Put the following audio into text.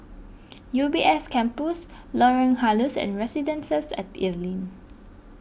U B S Campus Lorong Halus and Residences at Evelyn